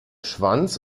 schwanz